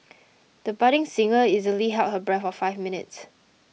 the budding singer easily held her breath for five minutes